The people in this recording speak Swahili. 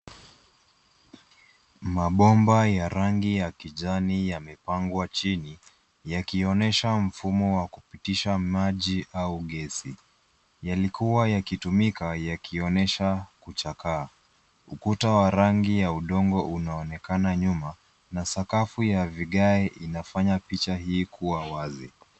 Mabomba ya rangi ya kijani yamepangwa chini yakionesha mfumo wa kupitisha maji au gesi. Yalikuwa yakitumika yakionesha kuchakaa. Ukuta wa rangi ya udongo unaoonekana nyuma na sakafu ya vigae inafanya picha hii kuwa wazi.